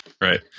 Right